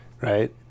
Right